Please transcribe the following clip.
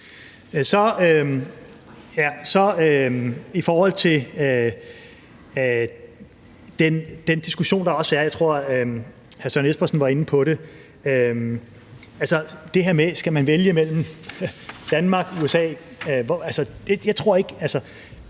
i. I forhold til den diskussion, der også er – jeg tror, at hr. Søren Espersen var inde på det, altså om man skal vælge mellem Danmark og USA – så tror jeg,